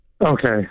Okay